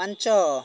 ପାଞ୍ଚ